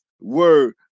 word